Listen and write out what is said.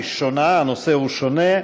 הנושא הוא שונה: